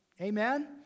Amen